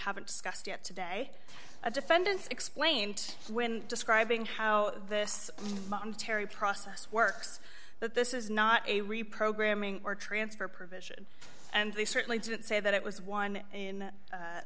haven't discussed yet today a defendant explained when describing how this monetary process works that this is not a reprogramming or transfer provision and they certainly didn't say that it was one in